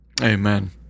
Amen